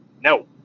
no